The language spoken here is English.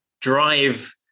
drive